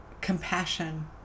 compassion